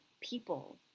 people